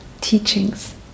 teachings